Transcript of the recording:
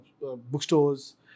bookstores